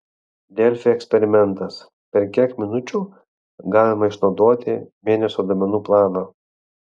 delfi eksperimentas per kiek minučių galima išnaudoti mėnesio duomenų planą